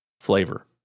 flavor